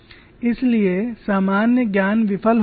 इसलिए सामान्य ज्ञान विफल हो जाता है